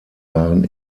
waren